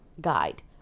guide